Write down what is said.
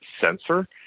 sensor